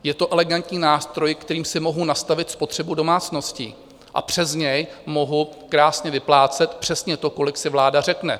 Je to elegantní nástroj, kterým si mohu nastavit spotřebu domácností a přes něj mohu krásně vyplácet přesně to, kolik si vláda řekne.